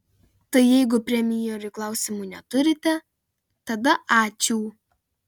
tai jeigu premjerui klausimų neturite tada ačiū